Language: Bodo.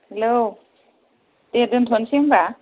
हेल' दे दोनथ'नोसै होनबा